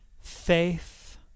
faith